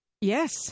Yes